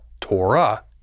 Torah